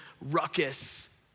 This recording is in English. ruckus